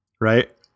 right